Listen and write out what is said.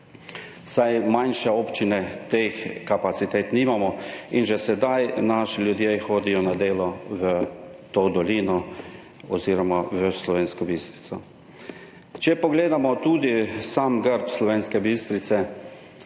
saj manjše občine teh kapacitet nimamo in že sedaj hodijo naši ljudje na delo v to dolino oziroma v Slovensko Bistrico. Če pogledamo tudi sam grb Slovenske Bistrice,